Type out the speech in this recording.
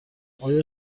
آیا